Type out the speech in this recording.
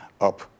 up